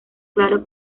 claro